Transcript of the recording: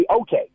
okay